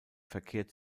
verkehrt